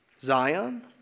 Zion